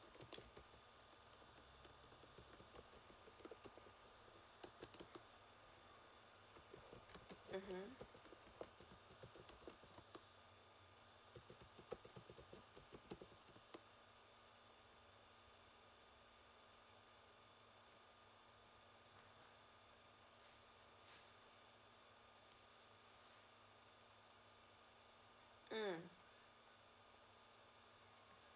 mmhmm mm